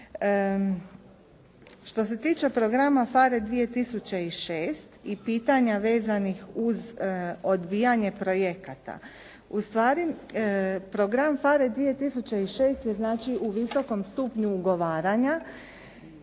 Što se tiče programa PHARE 2006. i pitanja vezanih uz odbijanje projekata. Ustvari, program PHARE 2006. je znači u visokom stupnju ugovaranja,